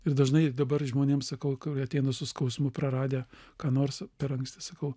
ir dažnai dabar žmonėm sakau kurie ateina su skausmu praradę ką nors per anksti sakau